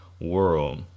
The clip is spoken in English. world